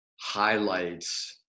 highlights